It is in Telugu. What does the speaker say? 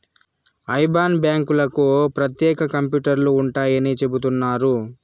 ఐబాన్ బ్యాంకులకు ప్రత్యేక కంప్యూటర్లు ఉంటాయని చెబుతున్నారు